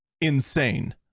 insane